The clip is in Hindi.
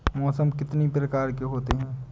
मौसम कितनी प्रकार के होते हैं?